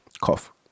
Cough